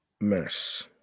mess